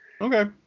Okay